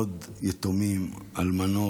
עוד יתומים, אלמנות,